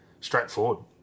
straightforward